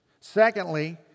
Secondly